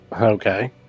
Okay